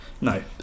No